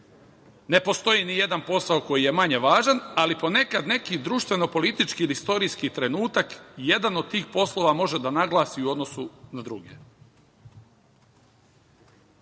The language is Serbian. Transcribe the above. Ne postoji ni jedan posao koji je manje važan, ali ponekad neki društveno-politički i istorijski trenutak jedan od tih poslova može da naglasi u odnosu na druge.